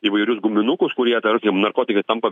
įvairius guminukus kurie tarkim narkotikai tampa